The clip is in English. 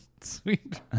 Sweet